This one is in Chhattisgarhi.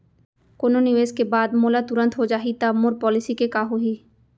कोनो निवेश के बाद मोला तुरंत हो जाही ता मोर पॉलिसी के का होही?